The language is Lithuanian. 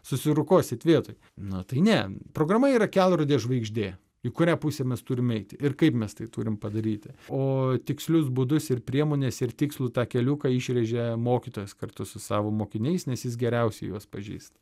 susirukosit vietoj nu tai ne programa yra kelrodė žvaigždė į kurią pusę mes turime eiti ir kaip mes tai turim padaryti o tikslius būdus ir priemones ir tikslų tą keliuką išrėžia mokytojas kartu su savo mokiniais nes jis geriausiai juos pažįsta